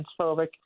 transphobic